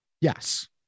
Yes